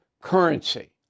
currency